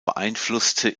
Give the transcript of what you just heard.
beeinflussten